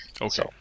okay